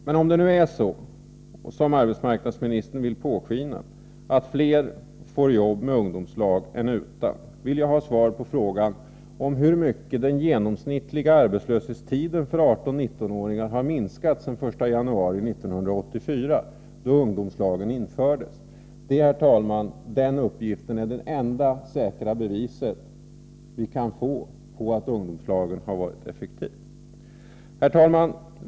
Men om det nu är så som arbetsmarknadsministern vill låta påskina, att fler får jobb med ungdomslag än utan, vill jag ha svar på frågan hur mycket den genomsnittliga arbetslöshetstiden för 18 och 19-åringarna minskat sedan den 1 januari 1984, då ungdomslagen infördes. Den uppgiften, herr talman, är det enda säkra bevis vi kan få på att ungdomslagen har varit effektiv. Herr talman!